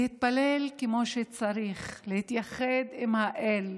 להתפלל כמו שצריך, להתייחד עם האל,